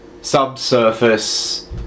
subsurface